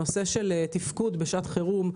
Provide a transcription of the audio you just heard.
הנושא של תפקוד בשעת חירום,